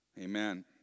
Amen